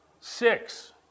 Six